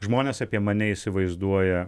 žmonės apie mane įsivaizduoja